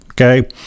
okay